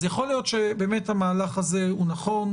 יכול להיות שהמהלך הזה נכון,